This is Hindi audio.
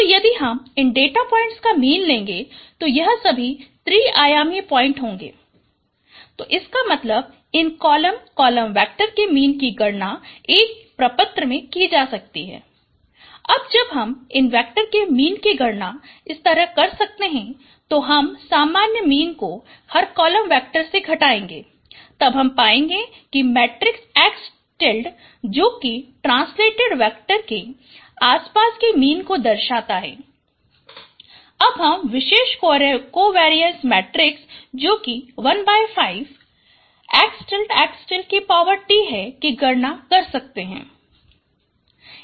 तो यदि हम इन डाटा पॉइंट्स का मीन लेगे तो ये सभी त्रिआयामी पॉइंट्स होगे तो इसका मतलब इन कॉलम कॉलम वेक्टर के मीन कि गणना एक प्रपत्र में की जा सकता है अब जब हम इन वेक्टर के मीन कि गणना इस तरह कर सकते है तो हम सामान्य मीन को हर कॉलम वेक्टर से घतायेगें तब हम पायेगें मेट्रिक्स X tilde जो कि ट्रान्सलेटेड वेक्टर के आसपास के मीन को दर्शाता है अब हम विशेष कोवेरिएंस मेट्रिक्स जो कि 15XXT है कि गणना कर सकते हैं